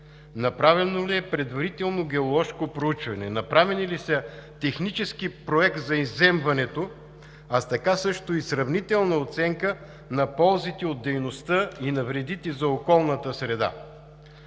Направено ли е предварително геоложко проучване? Направени ли са технически проект за изземването, а така също и сравнителна оценка на ползите от дейността и на вредите за околната среда?